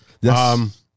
Yes